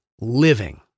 living